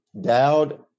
Dowd